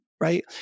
Right